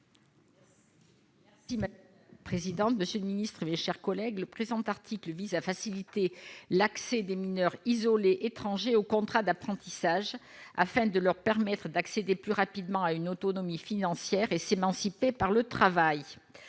Costes. Présidente, monsieur le Ministre, mes chers collègues, le présent article vise à faciliter l'accès des mineurs isolés étrangers au contrat d'apprentissage afin de leur permettre d'accéder plus rapidement à une autonomie financière et s'émanciper par le travail,